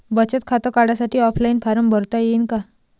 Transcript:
बचत खातं काढासाठी ऑफलाईन फारम भरता येईन का?